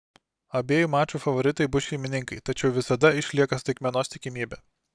abiejų mačų favoritai bus šeimininkai tačiau visada išlieka staigmenos tikimybė